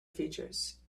features